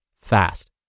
fast